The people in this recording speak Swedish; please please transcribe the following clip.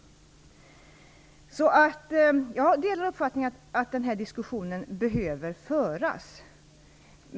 Jag delar uppfattningen att den här diskussionen behöver föras.